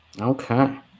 Okay